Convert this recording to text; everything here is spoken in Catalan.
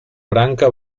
branca